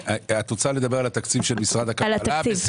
את רוצה לדבר על התקציב של משרד הכלכלה בסדר.